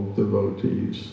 devotees